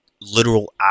literal